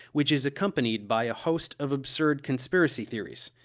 which is accompanied by a host of absurd conspiracy theories.